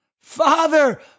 Father